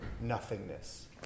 nothingness